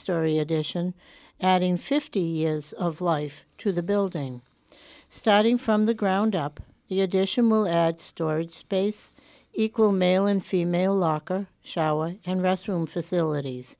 story addition adding fifty years of life to the building starting from the ground up the addition will add storage space equal male and female locker shower and restroom facilities